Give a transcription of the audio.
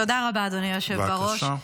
תודה רבה, אדוני היושב בראש.